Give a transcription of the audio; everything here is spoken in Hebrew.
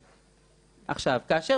עכשיו, כאשר